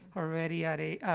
already at a ah,